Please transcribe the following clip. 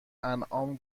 انعام